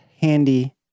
handy